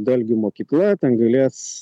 dalgių mokykla ten galės